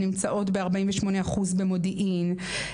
הן נמצאות ב-48% במודיעין,